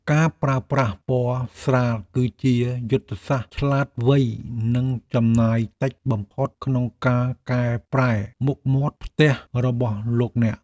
ការប្រើប្រាស់ពណ៌ស្រាលគឺជាយុទ្ធសាស្ត្រឆ្លាតវៃនិងចំណាយតិចបំផុតក្នុងការកែប្រែមុខមាត់ផ្ទះរបស់លោកអ្នក។